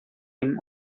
him